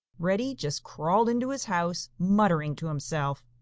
reddy just crawled into his house, muttering to himself.